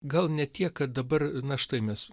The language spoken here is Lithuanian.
gal ne tiek kad dabar na štai mes